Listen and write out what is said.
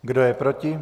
Kdo je proti?